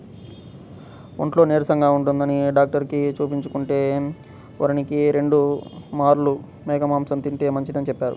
ఒంట్లో నీరసంగా ఉంటందని డాక్టరుకి చూపించుకుంటే, వారానికి రెండు మార్లు మేక మాంసం తింటే మంచిదని చెప్పారు